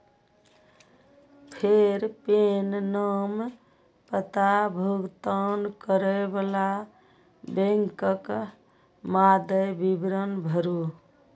फेर पेन, नाम, पता, भुगतान करै बला बैंकक मादे विवरण भरू